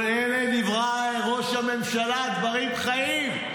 כל אלה דברי ראש הממשלה, דברים חיים.